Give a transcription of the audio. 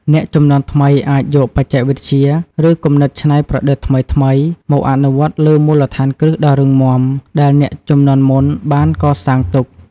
អ្នកជំនាន់ថ្មីអាចយកបច្ចេកវិទ្យា ឬគំនិតច្នៃប្រឌិតថ្មីៗមកអនុវត្តលើមូលដ្ឋានគ្រឹះដ៏រឹងមាំដែលអ្នកជំនាន់មុនបានកសាងទុក។